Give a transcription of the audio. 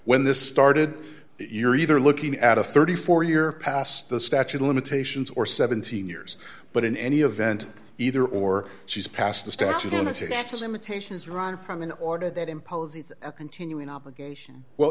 when this started you're either looking at a thirty four year past the statute of limitations or seventeen years but in any event either or she's passed the statute on the to that limitations run from an order that imposes a continuing obligation well